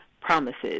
promises